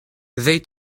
they